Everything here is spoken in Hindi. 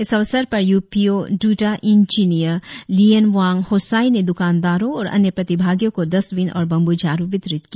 इस अवसर पर ऊपो द्रदा इंजिनियर लियेनवांग होसाई ने दुकानदारों और अन्य प्रतिभागियों को डस्टविन और बम्बू झाड़ वितरित किया